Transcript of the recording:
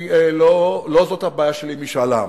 לא זאת הבעיה שלי עם משאל העם.